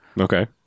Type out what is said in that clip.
Okay